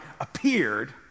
appeared